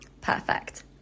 Perfect